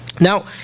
now